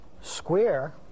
square